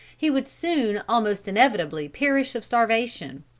he would soon almost inevitably perish of starvation.